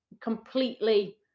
completely